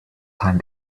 time